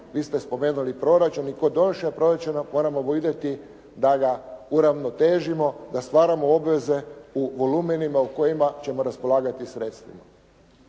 vi ste spomenuli proračun. I kod donošenja proračuna moramo vidjeti da ga uravnotežimo, da stvaramo obveze u volumenima u kojima ćemo raspolagati sredstvima.